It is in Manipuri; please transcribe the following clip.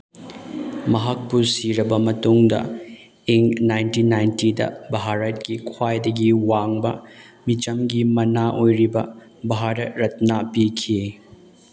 ꯃꯍꯥꯛꯄꯨ ꯁꯤꯔꯕ ꯃꯇꯨꯡꯗ ꯏꯪ ꯅꯥꯏꯟꯇꯤꯟ ꯅꯥꯏꯟꯇꯤꯗ ꯚꯥꯔꯠꯀꯤ ꯈ꯭ꯋꯥꯏꯗꯒꯤ ꯋꯥꯡꯕ ꯃꯤꯆꯝꯒꯤ ꯃꯅꯥ ꯑꯣꯏꯔꯤꯕ ꯚꯥꯔꯠ ꯔꯠꯅꯥ ꯄꯤꯈꯤ